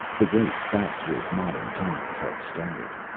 the race back toward modern times had started.